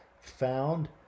found